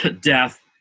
Death